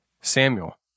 Samuel